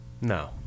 No